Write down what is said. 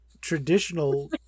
traditional